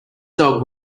dog